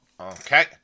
Okay